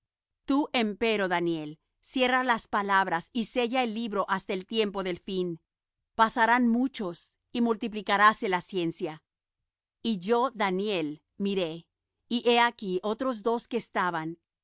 tú empero daniel cierra las palabras y sella el libro hasta el tiempo del fin pasarán muchos y multiplicaráse la ciencia y yo daniel miré y he aquí otros dos que estaban